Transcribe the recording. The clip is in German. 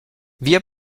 wir